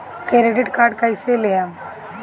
Credit card कईसे लेहम?